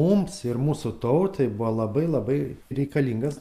mums ir mūsų tautai buvo labai labai reikalingas